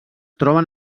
troben